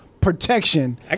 protection